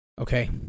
Okay